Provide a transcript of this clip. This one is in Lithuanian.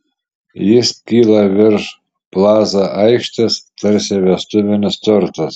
jis kyla virš plaza aikštės tarsi vestuvinis tortas